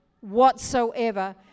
whatsoever